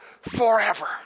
forever